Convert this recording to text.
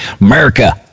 America